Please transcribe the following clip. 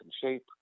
shape